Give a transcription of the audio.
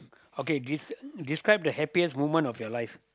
okay des~ describe the happiest moment of your life